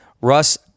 Russ